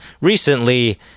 recently